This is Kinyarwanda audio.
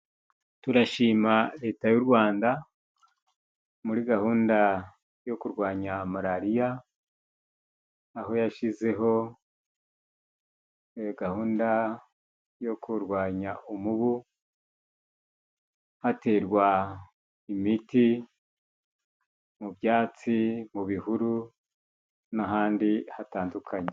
Turashima Leta y'u Rwanda, muri gahunda yo kurwanya malariya, aho yashizeho gahunda yo kurwanya umubu, haterwa imiti mu byatsi, mu bihuru, n'ahandi hatandukanye.